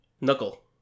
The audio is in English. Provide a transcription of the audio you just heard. Knuckle